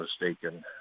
mistaken